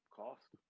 cost